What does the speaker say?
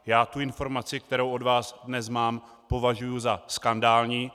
Já tu informaci, kterou od vás dnes mám, považuji za skandální.